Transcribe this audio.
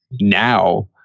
now